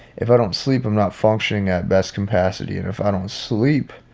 if i don't sleep, i'm not functioning at best capacity. and if i don't sleep,